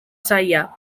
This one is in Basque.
zaila